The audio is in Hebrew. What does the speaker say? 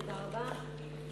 תודה רבה.